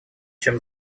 чем